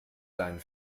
deinen